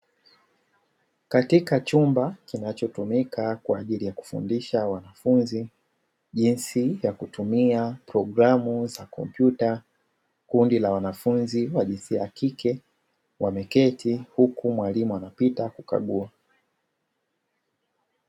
Katika chumba kinachotumika kwa ajili ya kufundisha wanafunzi jinsi ya kutumia programu za kompyuta. Kundi la wanafunzi wa jinsia ya kike wameketi huku mwalimu anapita kukagua.